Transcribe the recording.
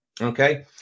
okay